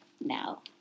now